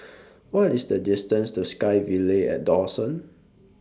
What IS The distance to SkyVille At Dawson